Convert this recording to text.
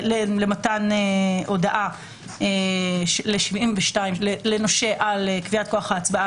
למתן הודעה לנושה על קביעת כוח ההצבעה